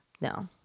no